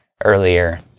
earlier